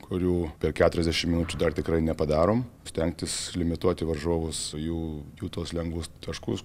kurių per keturiasdešimt minučių dar tikrai nepadarom stengtis limituoti varžovus jų jų tuos lengvus taškus